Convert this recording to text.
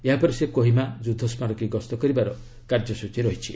ଏହାପରେ ସେ କୋହିମା ଯୁଦ୍ଧସ୍କାରକୀ ଗସ୍ତ କରିବାର କାର୍ଯ୍ୟସ୍ଟଚୀ ରହିଛି